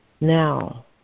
Now